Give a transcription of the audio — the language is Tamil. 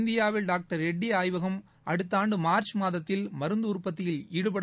இந்தியாவில் டாக்டர் ரெட்டி ஆய்வகம் அடுத்த ஆண்டு மார்ச் மாதத்தில் மருந்து உற்பத்தியில் ஈடுபடும்